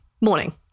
morning